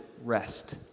rest